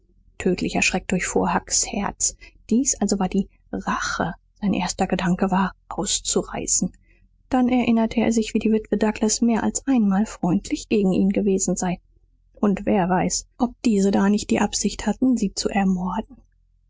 tödlicher schreck durchfuhr hucks herz dies also war die rache sein erster gedanke war auszureißen dann erinnerte er sich wie die witwe douglas mehr als einmal freundlich gegen ihn gewesen sei und wer weiß ob diese da nicht die absicht hatten sie zu ermorden